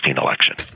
election